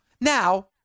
Now